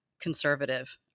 conservative